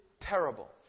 terrible